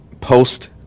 post